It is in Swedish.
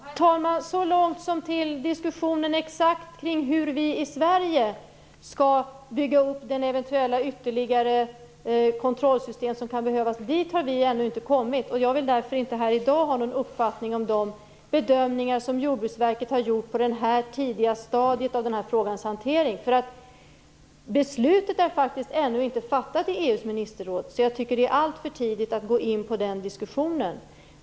Herr talman! Så långt som till diskussioner exakt om hur vi i Sverige skall bygga upp det eventuella ytterligare kontrollsystem som kan behövas har vi ännu inte kommit. Jag vill därför inte här i dag ha någon uppfattning om de bedömningar som Jordbruksverket har gjort i detta tidiga stadium av denna frågas hantering. Beslutet är faktiskt ännu inte fattat i EU:s ministerråd. Jag tycker därför att det är alltför tidigt att gå in på den diskussionen.